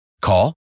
Call